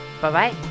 Bye-bye